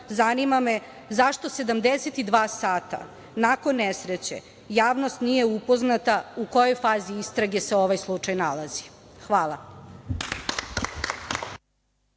zanima me zašto 72 sata nakon nesreće javnost nije upoznata u kojoj fazi istrage se ovaj slučaj nalazi? Hvala